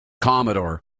Commodore